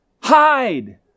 hide